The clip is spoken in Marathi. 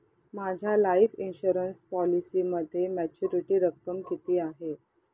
माझ्या लाईफ इन्शुरन्स पॉलिसीमध्ये मॅच्युरिटी रक्कम किती आहे?